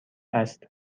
است